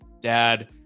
dad